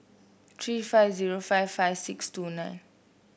three five zero five five six two nine